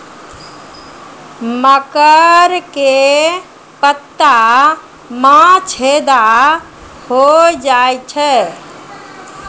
मकर के पत्ता मां छेदा हो जाए छै?